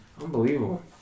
unbelievable